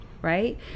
Right